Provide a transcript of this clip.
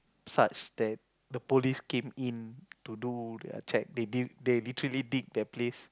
such that the police came in to do their check they did literally dig the place